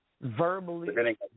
Verbally